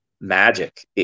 magic